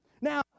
Now